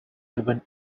urban